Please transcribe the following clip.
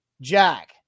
Jack